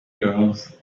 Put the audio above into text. girls